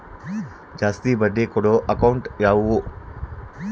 ಜಾಸ್ತಿ ಬಡ್ಡಿ ಕೊಡೋ ಅಕೌಂಟ್ ಯಾವುದು?